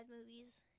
movies